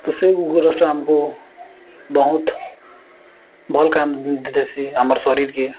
ତ ସେ ଗୋରସ୍ଟା ଆମ୍କୁ ବହୁତ ଭଲ କାମ ଦେ ଦେସି ଆମର ଶରୀରକେ